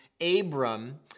Abram